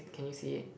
can you see it